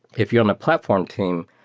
if you're in a platform team,